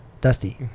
Dusty